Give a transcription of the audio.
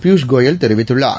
பியூஷ்கோயல் தெரிவித்துள்ளார்